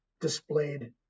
displayed